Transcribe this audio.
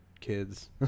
kids